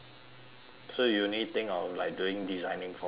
so you only think of like doing designing for fun only ah